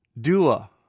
Dua